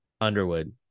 Underwood